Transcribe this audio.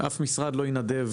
אף משרד לא ינדב